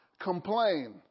complain